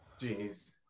Jeez